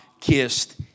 kissed